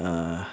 uh